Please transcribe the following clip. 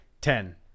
Ten